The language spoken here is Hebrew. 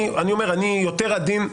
אני יותר עדין.